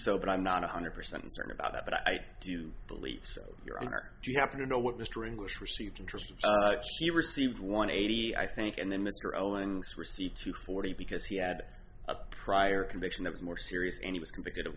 so but i'm not one hundred percent certain about that but i do believe so your honor do you happen to know what mr english received interest she received one eighty i think and then mr owings received two forty because he had a prior conviction that was more serious and he was convicted of